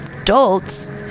Adults